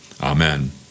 Amen